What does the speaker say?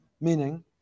Meaning